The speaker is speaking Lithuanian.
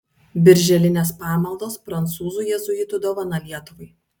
birželinės pamaldos prancūzų jėzuitų dovana lietuvai